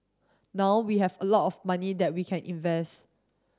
now we have a lot of money that we can invest